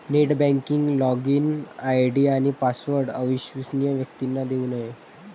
net banking login I D आणि password अविश्वसनीय व्यक्तींना देऊ नये